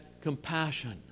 compassion